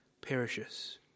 perishes